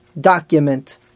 document